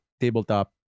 tabletop